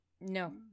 no